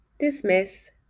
dismiss